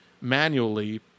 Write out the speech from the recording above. manually